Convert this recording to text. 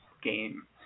game